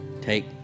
Take